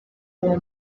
uwo